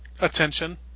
attention